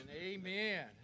amen